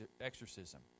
exorcism